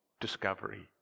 discovery